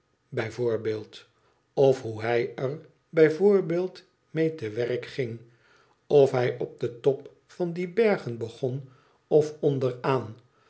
voorbeeld of hoe hij er bij voorbeeld mee te werk ging of hij op den top van die bergen begon of onderaan